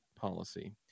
policy